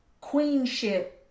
queenship